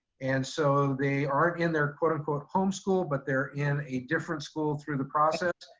and so they aren't in their quote unquote home school, but they're in a different school through the process.